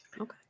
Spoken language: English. Okay